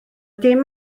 dim